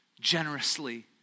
generously